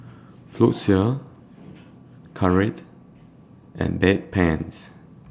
Floxia Caltrate and Bedpans